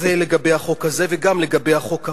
זה לגבי החוק הזה וגם לגבי החוק הבא.